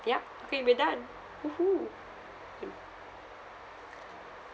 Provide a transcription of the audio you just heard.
yup okay we're done !woohoo!